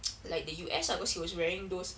like the U_S ah because he was wearing those